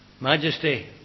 Majesty